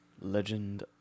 Legend